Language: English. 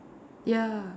ya